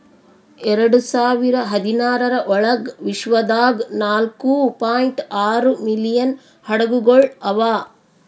ಎರಡು ಸಾವಿರ ಹದಿನಾರರ ಒಳಗ್ ವಿಶ್ವದಾಗ್ ನಾಲ್ಕೂ ಪಾಯಿಂಟ್ ಆರೂ ಮಿಲಿಯನ್ ಹಡಗುಗೊಳ್ ಅವಾ